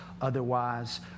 Otherwise